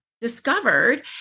discovered